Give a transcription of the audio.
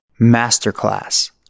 Masterclass